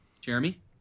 Jeremy